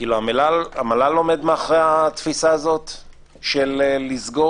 המל"ל עומד מאחורי התפיסה הזאת לסגור?